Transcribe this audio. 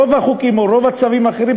רוב החוקים או רוב הצווים האחרים,